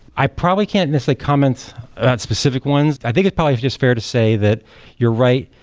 i probably can't list like comments about specific ones. i think it probably is just fair to say that you're right,